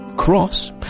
Cross